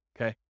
Okay